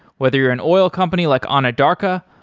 whether you're an oil company like anadarko,